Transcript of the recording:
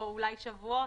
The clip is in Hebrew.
או אולי שבועות.